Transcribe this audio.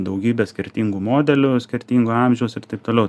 daugybė skirtingų modelių skirtingo amžiaus ir taip toliau